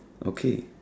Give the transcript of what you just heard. okay